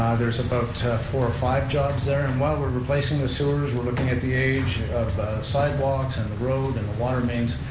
there's about four or five jobs there, and while we're replacing the sewers, we're looking at the age of sidewalks and the road and the water mains,